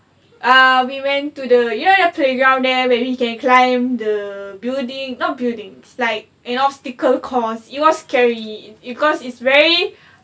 ah we went to the you know the playground there maybe you can climb the building not buildings like an obstacle course it was scary because it's very